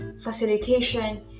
facilitation